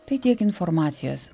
tai tiek informacijos